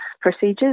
procedures